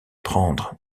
prendre